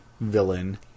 villain